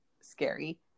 scary